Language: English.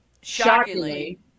shockingly